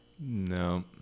No